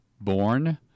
born